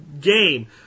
game